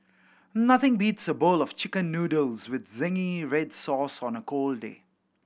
nothing beats a bowl of Chicken Noodles with zingy red sauce on a cold day